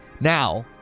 Now